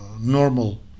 normal